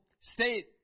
state